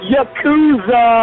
Yakuza